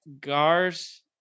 Gars